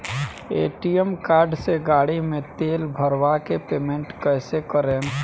ATM card से गाड़ी मे तेल भरवा के पेमेंट कैसे करेम?